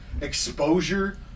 exposure